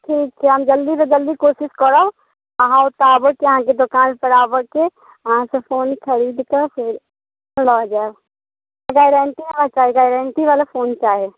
ठीक छै हम जल्दीसँ जल्दी कोशिश करब अहाँ ओतऽ आबैके अहाँकेँ दुकान पर आबैके अहाँसँ फोन खरीद कऽ फेर लऽ जायब गैरेन्टी बला चाही गैरेन्टी बला फोन चाही